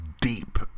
deep